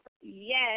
yes